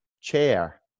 Chair